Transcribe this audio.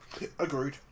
agreed